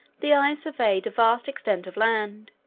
the eye surveyed a vast extent of land,